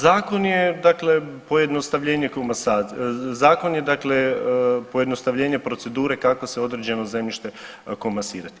Zakon je dakle pojednostavljenje komasacije, zakon je dakle pojednostavljenje procedure kako se određeno zemljište komasirat.